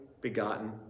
begotten